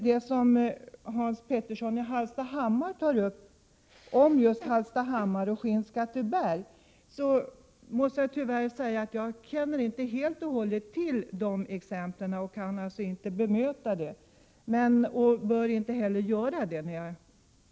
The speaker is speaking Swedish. Det Hans Petersson i Hallstahammar tar upp om Hallstahammar och Skinnskatteberg känner jag inte till, och jag kan därför inte bemöta det.